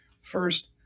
First